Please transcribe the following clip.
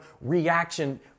reaction